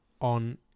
On